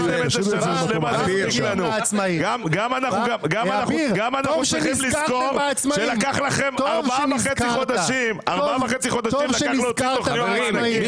אנחנו גם צריכים לזכור שלקח לכם ארבעה וחצי חודשים להוציא תכנית מענקים.